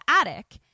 attic